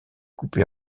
coupé